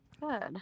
Good